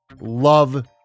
Love